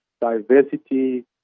diversity